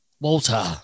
Walter